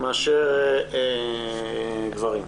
מאשר גברים.